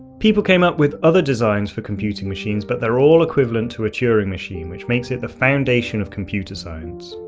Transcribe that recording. people came up with other designs for computing machines but they are all equivalent to a turing machine which makes it the foundation of computer science.